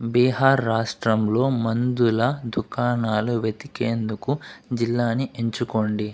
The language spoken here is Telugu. బీహార్ రాష్ట్రంలో మందుల దుకాణాలు వెతికేందుకు జిల్లాని ఎంచుకోండి